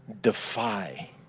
defy